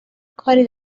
کاری